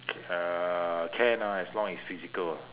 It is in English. c~ uh can ah as long it's physical ah